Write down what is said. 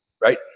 right